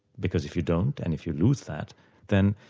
because if you don't and if you lose that then,